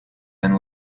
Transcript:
and